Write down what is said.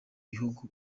bihugu